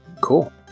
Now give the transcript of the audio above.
Cool